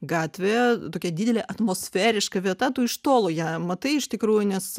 gatvė tokia didelė atmosferiška vieta tu iš tolo ją matai iš tikrųjų nes